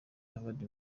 havard